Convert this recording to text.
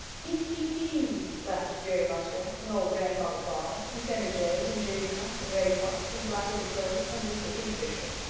he! he! he! laughed jerry muskrat and old grandfather frog and sammy jay and jimmy skunk and reddy fox and blacky the crow and mr. kingfisher,